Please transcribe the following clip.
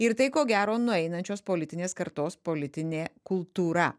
ir tai ko gero nueinančios politinės kartos politinė kultūra